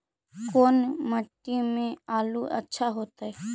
कोन मट्टी में आलु अच्छा होतै?